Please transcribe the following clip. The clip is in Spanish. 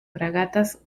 fragatas